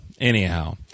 anyhow